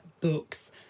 books